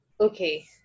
okay